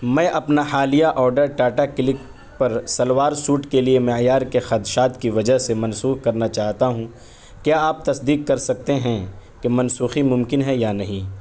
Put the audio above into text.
میں اپنا حالیہ آرڈر ٹاٹا کلک پر شلوار سوٹ کے لیے معیار کے خدشات کی وجہ سے منسوخ کرنا چاہتا ہوں کیا آپ تصدیق کر سکتے ہیں کہ منسوخی ممکن ہے یا نہیں